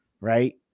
right